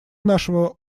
нашего